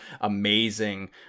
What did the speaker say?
amazing